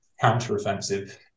counter-offensive